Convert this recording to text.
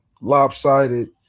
lopsided